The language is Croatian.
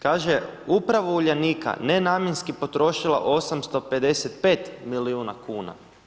Kaže, uprava Uljanika nenamjenski potrošila 855 milijuna kn.